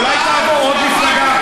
אולי תעבור עוד מפלגה?